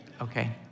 Okay